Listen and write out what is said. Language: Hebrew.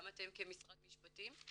גם אתם כמשרד משפטים,